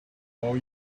are